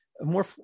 more